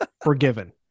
Forgiven